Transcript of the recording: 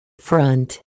front